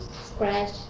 scratch